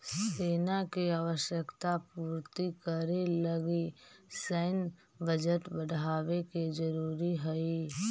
सेना के आवश्यकता पूर्ति करे लगी सैन्य बजट बढ़ावे के जरूरी हई